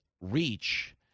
reach